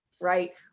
right